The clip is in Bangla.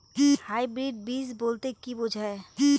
হাইব্রিড বীজ বলতে কী বোঝায়?